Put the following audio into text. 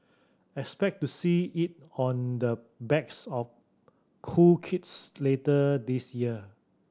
expect to see it on the backs of cool kids later this year